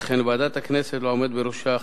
וכן לוועדת הכנסת ולעומד בראשה,